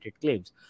claims